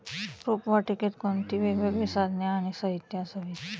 रोपवाटिकेत कोणती वेगवेगळी साधने आणि साहित्य असावीत?